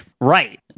Right